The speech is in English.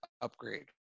upgrade